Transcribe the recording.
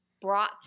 brought